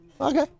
okay